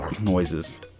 noises